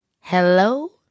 Hello